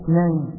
name